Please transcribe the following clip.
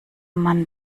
man